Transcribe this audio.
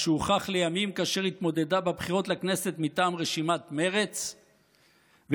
מה שהוכח לימים כאשר התמודדה בבחירות לכנסת מטעם רשימת מרצ וכאשר